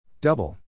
Double